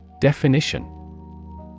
Definition